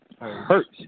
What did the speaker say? hurts